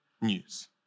news